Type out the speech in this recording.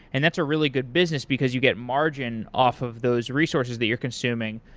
and that's a really good business because you get margin off of those resources that you're consuming.